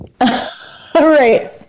Right